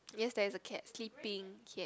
yes there is a cat sleeping